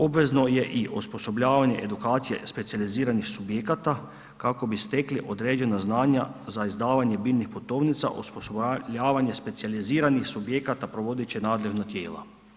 Obvezno je i osposobljavanje edukacije specijaliziranih subjekata kako bi stekli određena znanja za izdavanje biljnih putovnica, osposobljavanje specijaliziranih subjekata provodit će nadležna tijela.